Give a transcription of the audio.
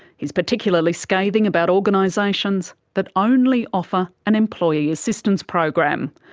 he's particularly scathing about organisations that only offer an employee assistance program,